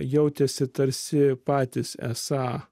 jautėsi tarsi patys esą